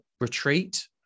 retreat